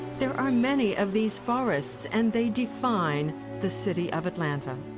there are many of these forests, and they define the city of atlanta!